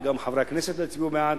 וגם חברי הכנסת לא יצביעו בעד,